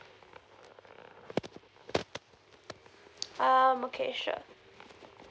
um okay sure